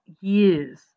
years